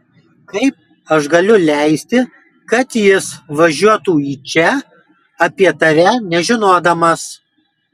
kaip aš galiu leisti kad jis važiuotų į čia apie tave nežinodamas